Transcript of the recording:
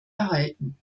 erhalten